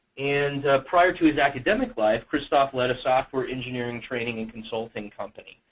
and prior to his academic life, krzysztof led a software engineering, training, and consulting company.